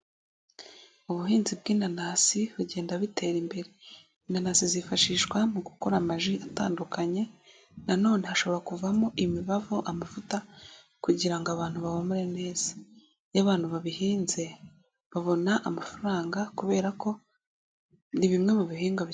Ubuhinzi bw'inanasi bugenda butera imbere, inanasi zifashishwa mu gukora amaji atandukanye, nanone hashobora kuvamo imibavu, amavuta, kugira ngo abantu bahumure neza. iyo abantu babihinze babona amafaranga kubera ko ni bimwe mu bihingwa bi.